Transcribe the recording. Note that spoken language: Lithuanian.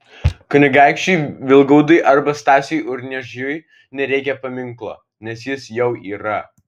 kunigaikščiui vilgaudui arba stasiui urniežiui nereikia paminklo nes jis jau yra